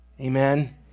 amen